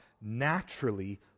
naturally